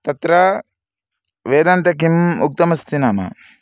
तत्र वेदान्ते किम् उक्तमस्ति नाम